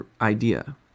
idea